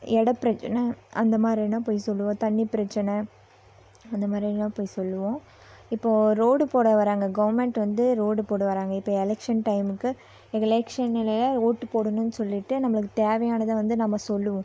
இட பிரச்சனை அந்த மாதிரினா போய் சொல்லுவோம் தண்ணி பிரச்சனை அந்த மாதிரினா போய் சொல்லுவோம் இப்போ ரோடு போட வராங்க கவர்மெண்ட் வந்து ரோடு போட வராங்க இப்போ எலக்ஷன் டைமுக்கு எலக்ஷனில் ஒட்டு போடணும்னு சொல்லிட்டு நம்மளுக்கு தேவையானதை வந்து நம்ம சொல்லுவோம்